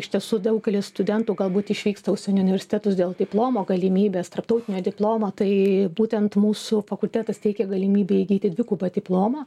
iš tiesų daugelis studentų galbūt išvyksta užsienio universitetus dėl diplomo galimybės tarptautinio diplomo tai būtent mūsų fakultetas teikia galimybę įgyti dvigubą diplomą